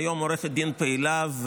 היום היא עורכת דין מאוד פעילה,